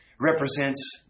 represents